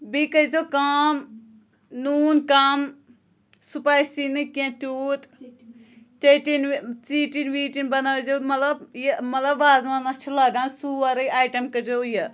بیٚیہِ کٔرۍ زیو کٲم نوٗن کَم سپایسی نہٕ کیٚنٛہہ تیوٗت ژیٚٹِنۍ ژیٚٹِنۍ ویٚٹِنۍ بَنٲے زیو مطلب یہِ مطلب وازوانَس چھُ لگان سورُے اَیٹَم کٔرۍ زیٚو یہِ